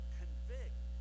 convict